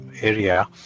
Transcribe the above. area